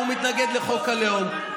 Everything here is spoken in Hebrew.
הוא מתנגד לחוק הלאום,